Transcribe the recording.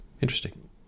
interesting